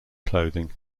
clothing